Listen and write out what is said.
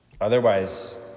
Otherwise